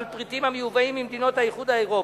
פריטים המיובאים ממדינות האיחוד האירופי.